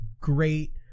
great